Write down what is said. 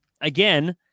again